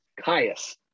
Caius